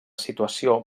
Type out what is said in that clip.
situació